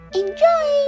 enjoy